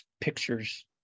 pictures